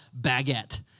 baguette